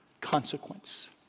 consequence